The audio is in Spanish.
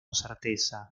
certeza